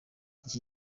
iki